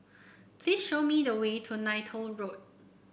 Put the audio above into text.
please show me the way to Neythal Road